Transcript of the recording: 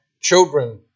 children